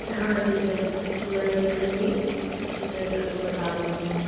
हाँ ठीक है तो मैं देख लूँगी तो फिर बता दूँगी